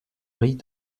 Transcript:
rit